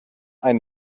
ein